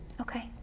Okay